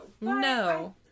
No